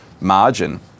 margin